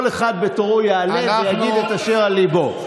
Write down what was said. כל אחד יעלה בתורו ויגיד את אשר על ליבו.